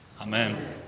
amen